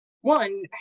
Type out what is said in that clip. one